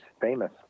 famous